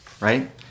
Right